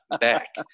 back